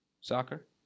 Soccer